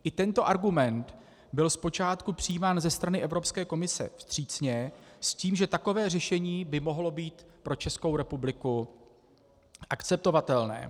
I tento argument byl z počátku přijímán ze strany Evropské komise vstřícně s tím, že takové řešení by mohlo být pro Českou republiku akceptovatelné.